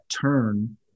turn